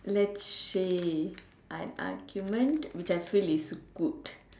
let's say I'm I'm human which I feel is good